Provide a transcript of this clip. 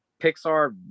Pixar